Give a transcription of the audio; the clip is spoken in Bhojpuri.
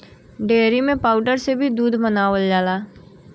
डेयरी में पौउदर से भी दूध बनावल जाला